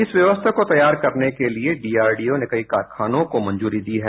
इस व्यवस्था को तैयार करने के लिए डीआरडीओ ने कई कारखानों को मंजूरी दी है